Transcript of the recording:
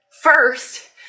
first